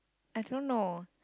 I don't know